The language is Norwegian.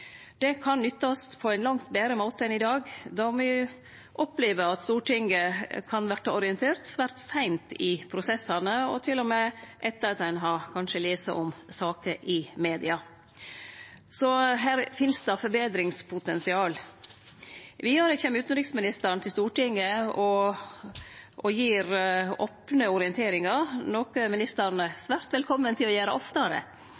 Det kan nyttast på ein langt betre måte enn i dag, då me opplever at Stortinget kan verte orientert svært seint i prosessane, og til og med etter at ein kanskje har lese om saka i media. Her finst det forbetringspotensial. Vidare kjem utanriksministeren til Stortinget og gir opne orienteringar, noko ministeren er svært velkomen til å gjere oftare,